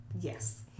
Yes